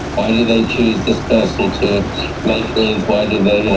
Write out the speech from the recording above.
why do they choose this person to mate with? why do they